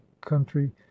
country